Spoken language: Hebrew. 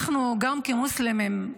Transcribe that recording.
אנחנו, גם כמוסלמים,